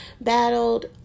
battled